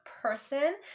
person